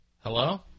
Hello